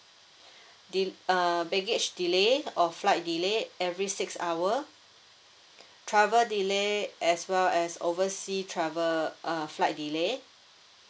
de~ uh baggage delayed or flight delay every six hour travel delay as well as oversea travel uh flight delay